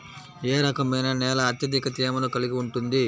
ఏ రకమైన నేల అత్యధిక తేమను కలిగి ఉంటుంది?